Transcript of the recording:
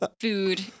food